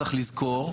צריך לזכור,